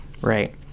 right